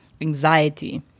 anxiety